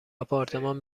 آپارتمان